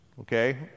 okay